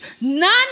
none